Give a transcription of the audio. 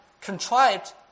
contrived